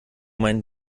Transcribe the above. mein